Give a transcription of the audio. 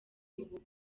ubu